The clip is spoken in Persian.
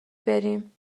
بریم